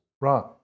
Right